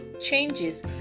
changes